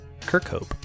Kirkhope